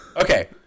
Okay